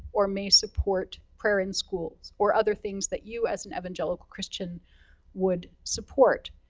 or may support prayer in schools, or other things that you as an evangelical christian would support.